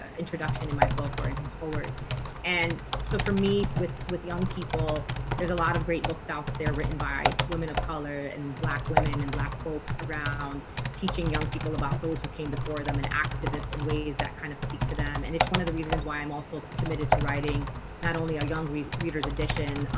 introduction in my book or in his foreword and so for me with with young people there's a lot of great books out there written by women of color and black women and black folks around teaching young people about those who came to for them and activists in ways that kind of speak to them and it's one of the reasons why i'm also committed to writing not only a young readers edition,